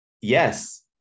yes